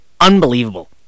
unbelievable